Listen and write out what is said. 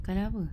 colour apa